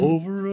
Over